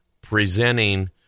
presenting